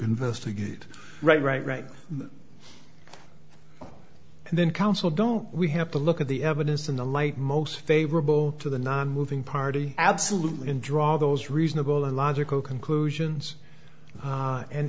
investigate right right right and then counsel don't we have to look at the evidence in the light most favorable to the nonmoving party absolutely and draw those reasonable and logical conclusions